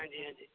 ਹਾਂਜੀ ਹਾਂਜੀ